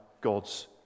God's